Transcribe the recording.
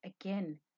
again